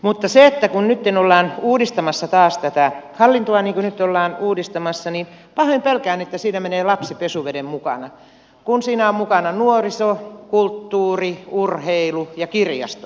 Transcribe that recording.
mutta kun nytten ollaan uudistamassa taas tätä hallintoa niin kuin nyt ollaan uudistamassa niin pahoin pelkään että siinä menee lapsi pesuveden mukana kun siinä ovat mukana nuoriso kulttuuri urheilu ja kirjastot